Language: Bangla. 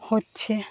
হচ্ছে